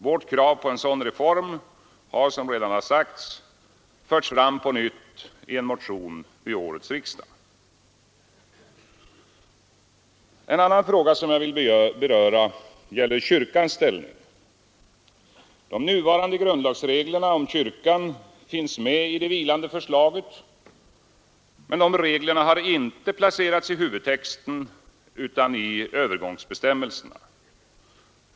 Vårt krav på en sådan reform har, som redan sagts, förts fram på nytt i en motion vid årets riksdag. En annan fråga som jag vill beröra gäller kyrkans ställning. De nuvarande grundlagsreglerna om kyrkan finns med i det vilande förslaget men har inte placerats i huvudtexten utan i övergångsbestämmelserna.